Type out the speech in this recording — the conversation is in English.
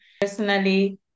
Personally